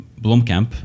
Blomkamp